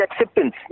acceptance